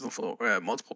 multiple